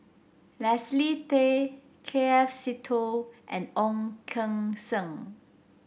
Leslie Tay K F Seetoh and Ong Keng Sen